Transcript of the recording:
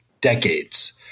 decades